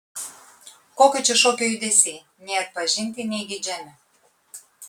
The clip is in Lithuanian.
kokio čia šokio judesiai nei atpažinti nei geidžiami